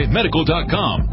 Medical.com